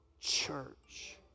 church